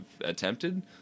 attempted